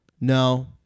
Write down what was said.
No